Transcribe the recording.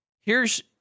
Here's-